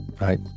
Right